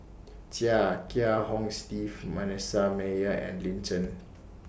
Chia Kiah Hong Steve Manasseh Meyer and Lin Chen